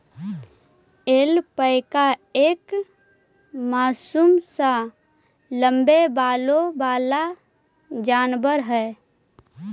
alpaca एक मासूम सा लम्बे बालों वाला जानवर है